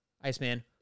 Iceman